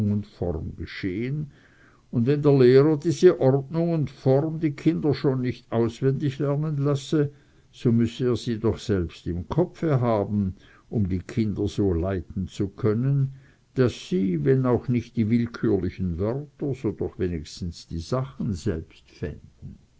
form geschehen und wenn der lehrer diese ordnung und form die kinder schon nicht auswendig lernen lasse so müsse er sie doch selbst im kopfe haben um die kinder so leiten zu können daß sie wenn auch nicht die willkürlichen wörter doch wenigstens die sachen selbst fänden